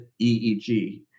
EEG